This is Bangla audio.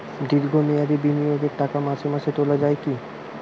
দীর্ঘ মেয়াদি বিনিয়োগের টাকা মাসে মাসে তোলা যায় কি?